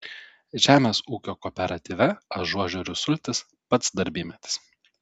žemės ūkio kooperatyve ažuožerių sultys pats darbymetis